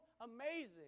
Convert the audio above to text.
amazing